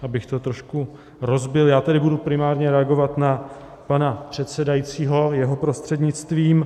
Abych to trošku rozbil, já tedy budu primárně reagovat na pana předsedajícího jeho prostřednictvím.